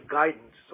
guidance